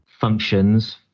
functions